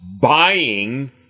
buying